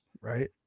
right